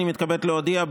אני מתכבד להודיע,